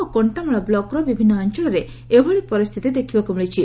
ଓ କକ୍କାମାଳ ବ୍ଲକର ବିଭିନ୍ନ ଅଅଳରେ ଏଭଳି ପରିସ୍ରିତି ଦେଖ୍ବାକୁ ମିଳିଛି